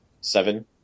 seven